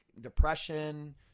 depression